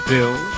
Bill